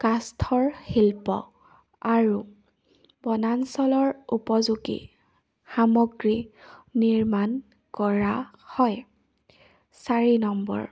কাষ্টৰ শিল্প আৰু বনাঞ্চলৰ উপযোগী সামগ্ৰী নিৰ্মাণ কৰা হয় চাৰি নম্বৰ